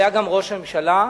שהיה גם ראש הממשלה,